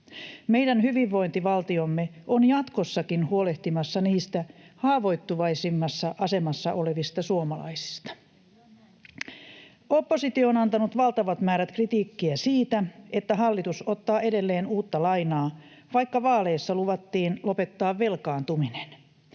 Meidän hyvinvointivaltiomme on jatkossakin huolehtimassa niistä haavoittuvaisimmassa asemassa olevista suomalaisista. Oppositio on antanut valtavat määrät kritiikkiä siitä, että hallitus ottaa edelleen uutta lainaa, vaikka vaaleissa luvattiin lopettaa velkaantuminen.